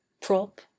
prop